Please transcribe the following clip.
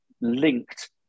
linked